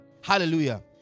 Hallelujah